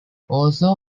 also